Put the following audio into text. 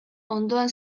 ondoan